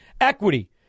equity